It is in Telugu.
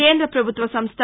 కేంద ప్రభుత్వ సంస్ట